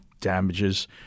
damages